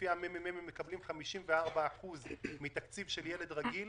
לפי הממ"מ, הם מקבלים 545 מתקציב ילד רגיל,